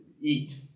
eat